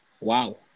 Wow